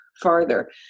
farther